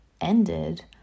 ended